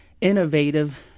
innovative